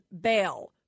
bail